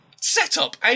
setup